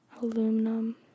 Aluminum